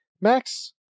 Max